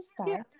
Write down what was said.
start